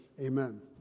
amen